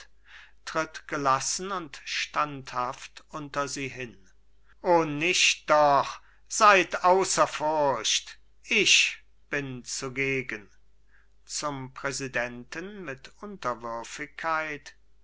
tritt gelassen und standhaft unter sie hin o nicht doch seit außer furcht ich bin zugegen zum präsidenten mit unterwürfigkeit